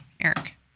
Eric